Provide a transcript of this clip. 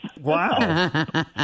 Wow